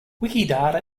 wikidata